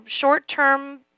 short-term